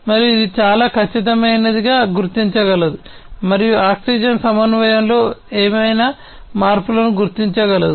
మరియు ఇది చాలా ఖచ్చితమైనదిగా గుర్తించగలదు మరియు ఆక్సిజన్ సమన్వయంలో ఏవైనా మార్పులను గుర్తించగలదు